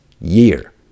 year